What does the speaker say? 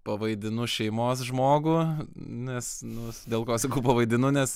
pavaidinu šeimos žmogų nes nu dėl ko sakau pavaidinu nes